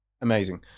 amazing